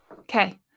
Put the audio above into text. Okay